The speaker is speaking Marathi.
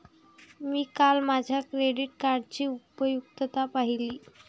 मी काल माझ्या क्रेडिट कार्डची उपयुक्तता पाहिली